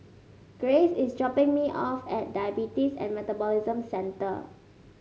Grace is dropping me off at Diabetes and Metabolism Centre